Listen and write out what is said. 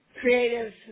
creative